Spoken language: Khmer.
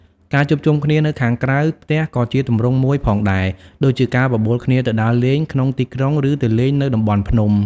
ការជួបជុំគ្នានៅខាងក្រៅផ្ទះក៏ជាទម្រង់មួយផងដែរ ដូចជាការបបួលគ្នាទៅដើរលេងក្នុងទីក្រុងឬទៅលេងនៅតំបន់ភ្នំ។